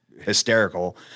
hysterical